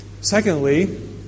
Secondly